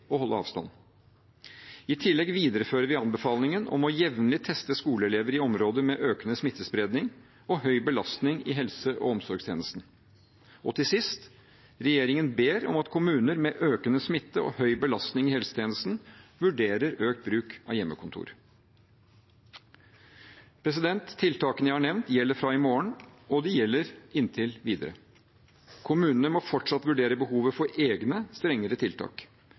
holde avstand. I tillegg viderefører vi anbefalingen om å jevnlig teste skoleelever i områder med økende smittespredning og høy belastning i helse- og omsorgstjenesten. Til sist: Regjeringen ber om at kommuner med økende smitte og høy belastning i helsetjenesten vurderer økt brukt av hjemmekontor. Tiltakene jeg har nevnt, gjelder fra i morgen, og de gjelder inntil videre. Kommunene må fortsatt vurdere behovet for egne strengere tiltak.